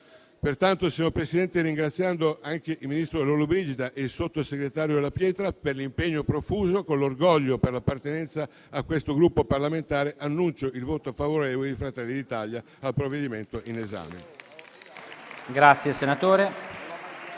Pertanto, signor Presidente, ringraziando anche il ministro Lollobrigida e il sottosegretario La Pietra per l'impegno profuso, con l'orgoglio per l'appartenenza a questo Gruppo parlamentare, annuncio il voto favorevole di Fratelli d'Italia al provvedimento in esame.